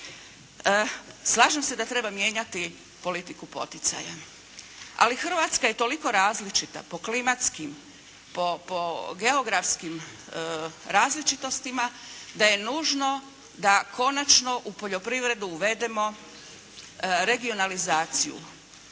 Slažem se da treba mijenjati politiku poticaja, ali Hrvatska je toliko različita po klimatskim, po geografskim različitostima da je nužno da konačno u poljoprivredu uvedemo regionalizaciju.